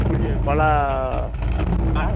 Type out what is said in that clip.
இப்படி பல ஆ